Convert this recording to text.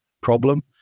problem